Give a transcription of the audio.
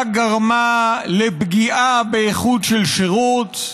רק גרמה לפגיעה באיכות של השירות,